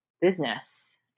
business